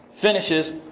finishes